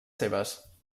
seves